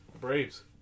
Braves